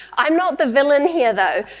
i'm not the villain here though.